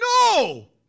No